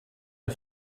der